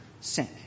sink